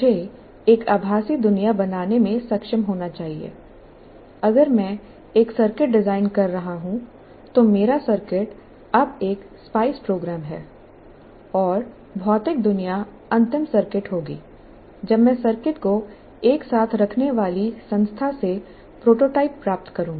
मुझे एक आभासी दुनिया बनाने में सक्षम होना चाहिए अगर मैं एक सर्किट डिजाइन कर रहा हूं तो मेरा सर्किट अब एक स्पाइस प्रोग्राम है और भौतिक दुनिया अंतिम सर्किट होगी जब मैं सर्किट को एक साथ रखने वाली संस्था से प्रोटोटाइप प्राप्त करूंगा